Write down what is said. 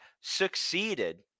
succeeded